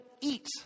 eat